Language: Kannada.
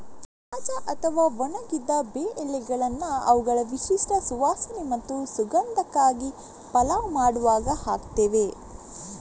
ತಾಜಾ ಅಥವಾ ಒಣಗಿದ ಬೇ ಎಲೆಗಳನ್ನ ಅವುಗಳ ವಿಶಿಷ್ಟ ಸುವಾಸನೆ ಮತ್ತು ಸುಗಂಧಕ್ಕಾಗಿ ಪಲಾವ್ ಮಾಡುವಾಗ ಹಾಕ್ತೇವೆ